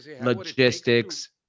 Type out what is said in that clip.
logistics